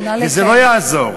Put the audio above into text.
וזה לא יעזור.